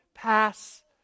pass